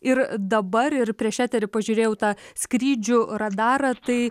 ir dabar ir prieš eterį pažiūrėjau tą skrydžių radarą tai